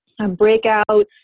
breakouts